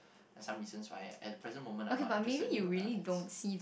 there are some reasons why at the present moment I'm not interested in you lah